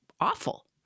awful